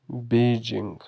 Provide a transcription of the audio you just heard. Beijing